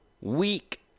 week